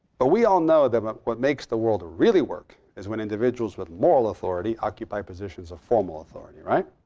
but we all know that but what makes the world really work is when individuals with moral authority occupy positions of formal authority. right.